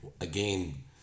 again